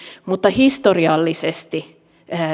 mutta historiallisesti